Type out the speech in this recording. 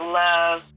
love